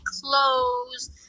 clothes